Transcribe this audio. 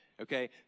okay